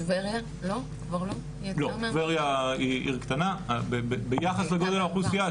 טבריה היא עיר קטנה ביחס לגודל האוכלוסייה,